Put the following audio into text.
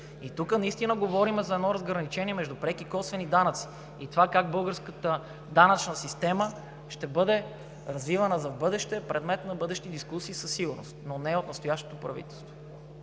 Тук наистина говорим за разграничение между преки и косвени данъци и това как българската данъчна система ще бъде развивана за в бъдеще е предмет на бъдещи дискусии със сигурност, но не от настоящето правителство.